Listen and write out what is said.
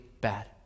bad